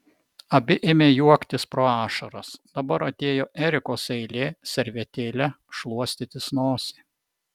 abi ėmė juoktis pro ašaras dabar atėjo erikos eilė servetėle šluostytis nosį